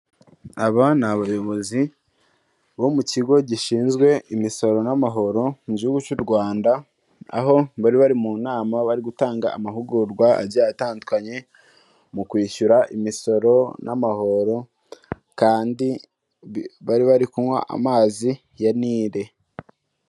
Aba ni abayobozi bo mu kigo gishinzwe imisoro n'amahoro mu gihugu cy'u Rwanda, aho bari bari mu nama bari gutanga amahugurwa agiye atandukanye, mu kwishyura imisoro n'amahoro kandi bari bari kunywa amazi ya Nile.